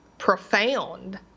profound